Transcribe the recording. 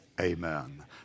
amen